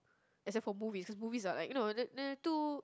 except for movies cause movie are like you know they are they are too